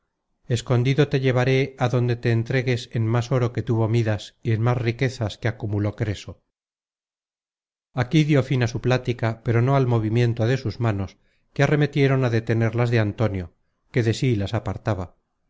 escondido te llevaré á donde te entregues en más oro que tuvo mídas y en más riquezas que acumuló creso aquí dió fin á su plática pero no al movimiento de sus manos que arremetieron á detener las de antonio que de sí las apartaba